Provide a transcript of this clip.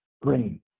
brain